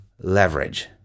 leverage